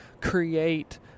create